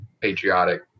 patriotic